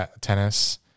tennis